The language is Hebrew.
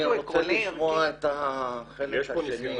אני רוצה לשמוע את החלק השני,